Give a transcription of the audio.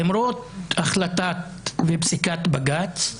למרות החלטת בג"ץ ופסיקת בג"ץ,